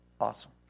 awesome